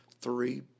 three